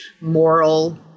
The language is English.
moral